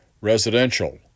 residential